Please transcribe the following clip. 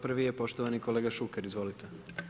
Prvi je poštovani kolega Šuker, izvolite.